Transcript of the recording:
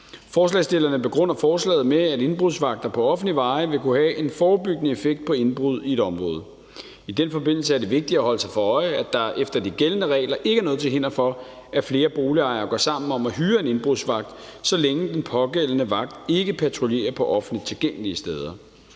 Forslagsstillerne begrunder forslaget med, at indbrudsvagter på offentlige veje vil kunne have en forebyggende effekt på indbrud i et område. I den forbindelse er det vigtigt at holde sig for øje, at der efter de gældende regler ikke er noget til hinder for, at flere boligejere går sammen om at hyre en indbrudsvagt, så længe den pågældende vagt ikke patruljerer på offentligt tilgængelige steder.